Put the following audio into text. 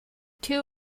two